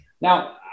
now